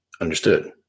understood